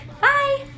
Bye